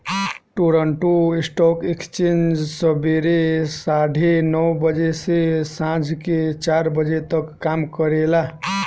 Toronto stock exchange सबेरे साढ़े नौ बजे से सांझ के चार बजे तक काम करेला